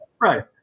Right